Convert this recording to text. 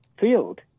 Field